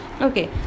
okay